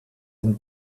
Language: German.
den